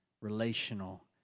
relational